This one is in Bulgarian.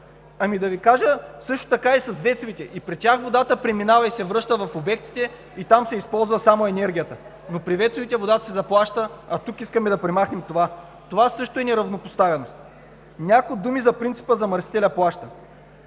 Да Ви кажа, същото е и с ВЕЦ-овете. И при тях водата преминава и се връща в обектите, и там се използва само енергията. При ВЕЦ-овете водата се заплаща, а тук искаме да премахнем това. Това също е неравнопоставеност. Няколко думи за принципа „замърсителят плаща“.